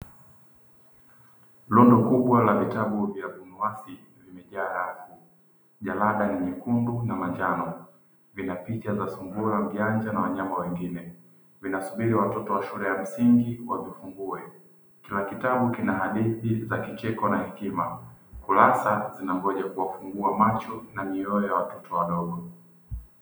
Rundo kubwa la vitabu vya abunuasi vimejaa, jarada ni jekundu na manjano, pichapicha za sungura mjanja na wanyama wengine vinasubiri watoto wa shule ya msingi wavifungue, kila kitabu kina hadithi za kicheko na hekima. Kurasa zinangoja kuwafungua macho na mioyo ya watoto wadogo.